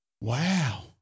Wow